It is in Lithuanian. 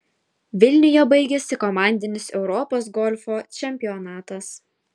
vilniuje baigėsi komandinis europos golfo čempionatas